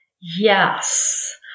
Yes